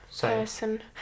Person